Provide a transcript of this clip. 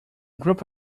group